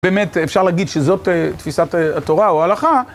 באמת, אפשר להגיד שזאת תפיסת התורה או ההלכה.